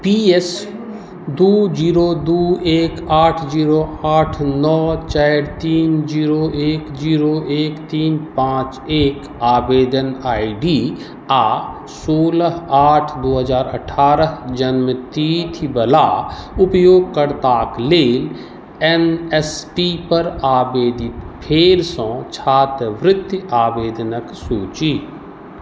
पी S दू zero दू एक आठ जीरो आठ नओ चारि तीन जीरो एक जीरो एक तीन पाँच एक आवेदन आइ डी आओर सोलह आठ दू हजार अठारह जन्म तिथिवला उपयोगकर्ताक लेल एन एस पी पर आवेदित फेर सँ छात्रवृत्ति आवेदनक सूची